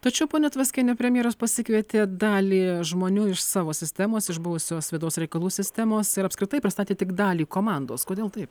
tačiau ponia tvaskiene premjeras pasikvietė dalį žmonių iš savo sistemos iš buvusios vidaus reikalų sistemos ir apskritai pristatė tik dalį komandos kodėl taip